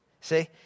See